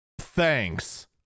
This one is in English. Thanks